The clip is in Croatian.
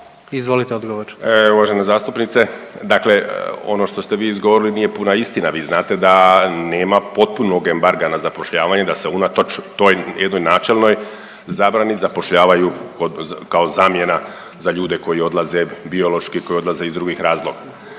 Juro** E uvažena zastupnice, dakle ono što ste vi izgovorili nije puna istina, vi znate da nema potpunog embarga na zapošljavanje, da se unatoč toj jednoj načelnoj zabrani zapošljavaju kao zamjena za ljude koji odlaze, biološki, koji odlaze iz drugih razloga,